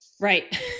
Right